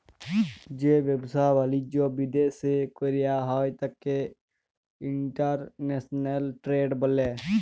যে ব্যাবসা বালিজ্য বিদ্যাশে কইরা হ্যয় ত্যাকে ইন্টরন্যাশনাল টেরেড ব্যলে